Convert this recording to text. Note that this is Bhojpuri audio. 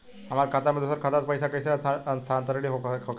हमार खाता में दूसर खाता से पइसा कइसे स्थानांतरित होखे ला?